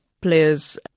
players